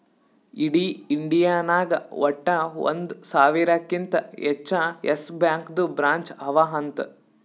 ಇಡೀ ಇಂಡಿಯಾ ನಾಗ್ ವಟ್ಟ ಒಂದ್ ಸಾವಿರಕಿಂತಾ ಹೆಚ್ಚ ಯೆಸ್ ಬ್ಯಾಂಕ್ದು ಬ್ರ್ಯಾಂಚ್ ಅವಾ ಅಂತ್